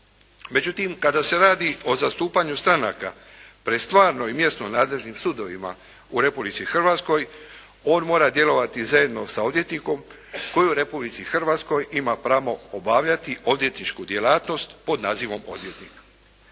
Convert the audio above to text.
Međutim, kada se radi o zastupanju stranaka pred stvarno i mjesno nadležnim sudovima u Republici Hrvatskoj on mora djelovati zajedno sa odvjetnikom koji u Republici Hrvatskoj ima pravo obavljati odvjetničku djelatnost pod nazivom odvjetnik.